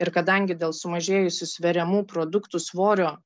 ir kadangi dėl sumažėjusių sveriamų produktų svorio